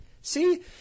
See